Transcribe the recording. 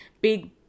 big